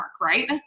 right